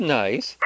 nice